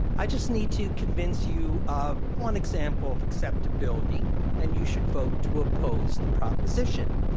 i just need to convince you of one example of acceptability and you should vote to oppose the proposition.